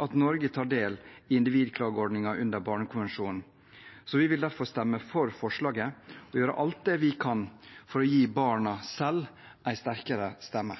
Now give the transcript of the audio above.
at Norge tar del i individklageordningen under barnekonvensjonen. Vi vil derfor stemme for forslaget og gjøre alt det vi kan for å gi barna selv en sterkere stemme.